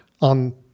on